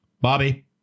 Bobby